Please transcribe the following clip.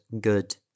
good